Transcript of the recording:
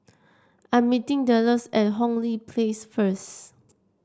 I'm meeting Delos at Hong Lee Place first